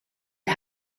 het